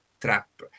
Trap